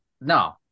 No